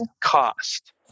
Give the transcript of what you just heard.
cost